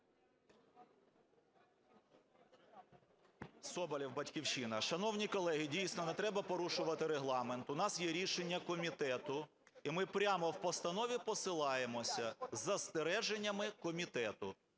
Соболєв, "Батьківщина". Шановні колеги, дійсно, не треба порушувати Регламент. У нас є рішення комітету, і ми прямо в постанові посилаємося з застереженнями комітету,